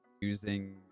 using